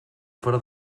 fora